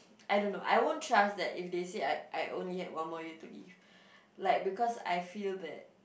I don't know I won't trust that if they say I I only have one more year to live like because I feel that